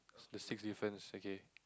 the sixth difference okay